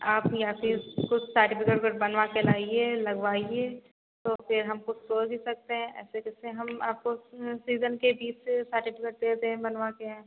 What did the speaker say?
आप या फिर कुछ सर्टिफ़िकेट ओकेट बनवा के लाइए लगवाइए तो फिर हम कुछ सोच भी सकते हैं ऐसे कैसे हम आपको सीज़न के बीच से सर्टिफ़िकेट दे दें बनवा के